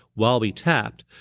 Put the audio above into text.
while we tapped,